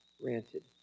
granted